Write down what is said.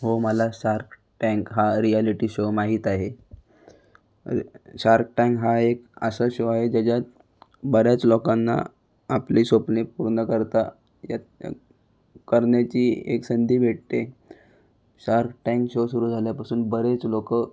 हो मला shark tank हा रिऍलिटी शो माहीत आहे शार्क टॅंक हा एक असा शो आहे ज्याच्यात बऱ्याच लोकांना आपली स्वप्ने पूर्ण करता येत करण्याची एक संधी भेटते शार्क टॅंक शो सुरु झाल्यापसून बरेच लोक